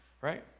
right